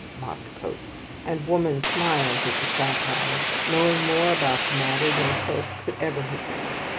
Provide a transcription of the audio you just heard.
mocked pope and woman smiles at the satire, knowing more about the matter than pope could ever have known,